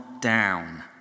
down